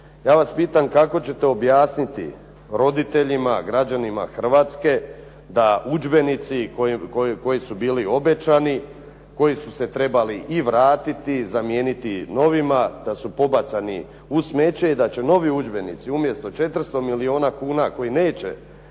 Ja vas pitam kako ćete objasniti roditeljima, građanima Hrvatske da udžbenici koji su bili obećani, koji su se trebali i vratiti i zamijeniti novima da su pobacani u smeće i da će novi udžbenici umjesto 400 milijuna kuna koji neće